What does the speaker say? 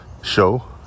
show